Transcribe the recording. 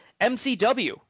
MCW